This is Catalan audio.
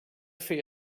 fer